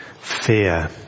fear